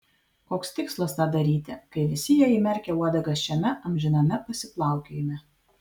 koks tikslas tą daryti kai visi jie įmerkę uodegas šiame amžiname pasiplaukiojime